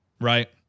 right